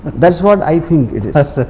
that's what i think it is.